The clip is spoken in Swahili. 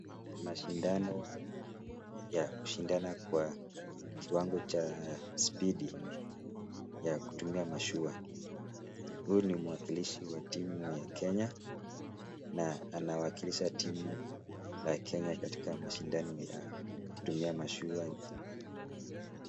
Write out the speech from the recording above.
Mashindano ya kushindana kwa kiwango cha spidi ya kutumia mashua, huyu ni mwakilishi wa timu ya Kenya na anawakilisha timu ya Kenya katika mashindano ya kutumia mashua.